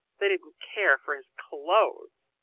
they didn't care for his clothes!